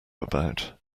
about